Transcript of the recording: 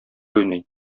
уйный